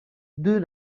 doux